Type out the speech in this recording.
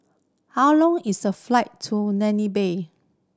how long is the flight to Namibia